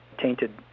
tainted